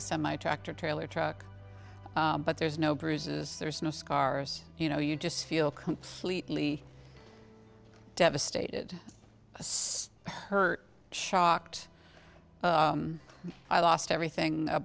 a semi tractor trailer truck but there's no bruises there's no scars you know you just feel completely devastated hurt shocked i lost everything